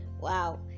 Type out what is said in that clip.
wow